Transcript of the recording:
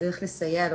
אותך הכי מסקרן אותי